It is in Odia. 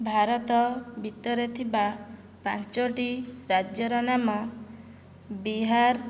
ଭାରତ ଭିତରେ ଥିବା ପାଞ୍ଚଟି ରାଜ୍ୟର ନାମ ବିହାର